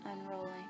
unrolling